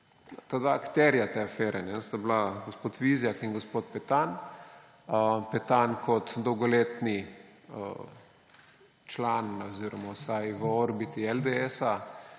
Akterja te afere sta bila gospod Vizjak in gospod Petan. Petan kot dolgoletni član oziroma vsaj v orbiti LDS,